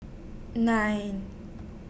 nine